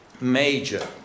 major